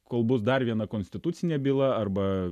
kol bus dar viena konstitucinė byla arba